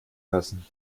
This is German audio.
lassen